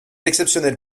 exceptionnel